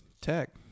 Tech